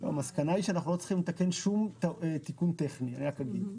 המסקנה היא שאנחנו לא צריכים לתקן שום תיקון טכני יכול להיות.